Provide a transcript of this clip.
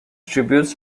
tributes